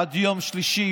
עד יום שלישי,